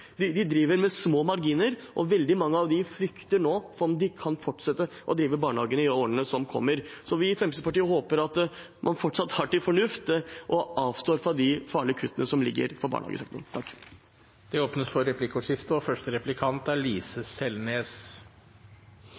De driver med små marginer, og veldig mange av dem frykter nå for om de kan fortsette å drive de barnehagene i årene som kommer. Vi i Fremskrittspartiet håper fortsatt på at man tar til fornuft og avstår fra de farlige kuttene som ligger inne for barnehagesektoren. Det blir replikkordskifte.